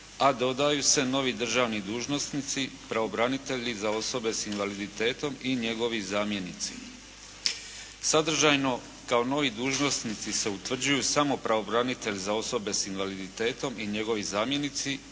a dodaju se novi državni dužnosnici, pravobranitelji za osobe s invaliditetom i njegovi zamjenici. Sadržajno, kao novi dužnosnici se utvrđuju samo pravobranitelj za osobe s invaliditetom i njegovi zamjenici